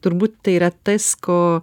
turbūt tai yra tas ko